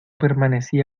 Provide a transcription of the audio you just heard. permanecí